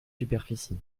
superficie